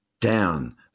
down